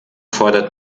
fordert